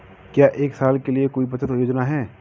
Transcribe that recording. क्या एक साल के लिए कोई बचत योजना है?